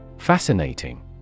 Fascinating